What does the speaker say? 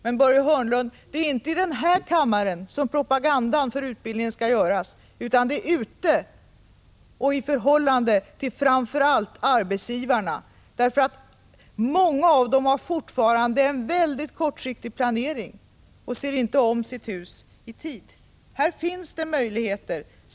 Men, Börje Hörnlund, det är inte i den här kammaren som propagandan för utbildning skall göras, utan det är ute bland människorna och framför allt i förhållande till arbetsgivarna, eftersom många av dem fortfarande har en väldigt kortsiktig planering — de ser inte om sitt hus i tid. Här finns det möjligheter.